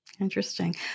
Interesting